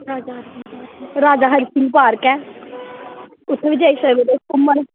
राजा Hari Singh park ऐ उत्थै बी जाई सकदे तुस घूमन